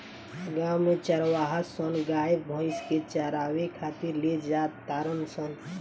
गांव में चारवाहा सन गाय भइस के चारावे खातिर ले जा तारण सन